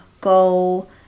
go